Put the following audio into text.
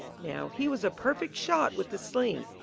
now he was a perfect shot with the sling.